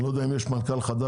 אני לא יודע אם יש מנכ"ל חדש.